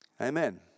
Amen